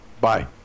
bye